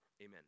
amen